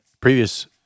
Previous